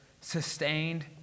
sustained